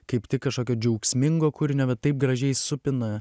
kaip tik kažkokio džiaugsmingo kūrinio bet taip gražiai supina